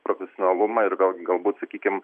profesionalumą ir vėlgi galbūt sakykim